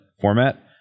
format